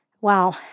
Wow